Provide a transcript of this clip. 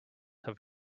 have